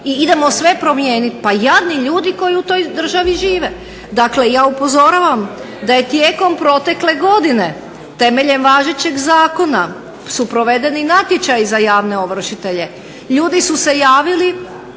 i idemo sve promijeniti? Pa jadni ljudi koji u toj državi žive. Dakle, ja upozoravam da je tijekom protekle godine temeljem važećeg zakona su provedeni natječaje za javne ovršitelje. Ljudi su se javili,